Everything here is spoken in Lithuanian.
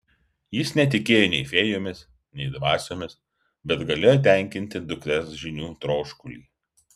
jis netikėjo nei fėjomis nei dvasiomis bet galėjo tenkinti dukters žinių troškulį